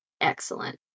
Excellent